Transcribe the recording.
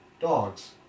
dogs